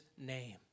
name